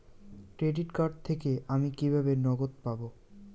Credit card থেকে আমি কিভাবে নগদ পাব?